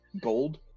gold